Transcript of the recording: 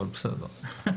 אבל בסדר.